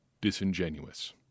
disingenuous